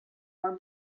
more